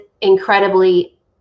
incredibly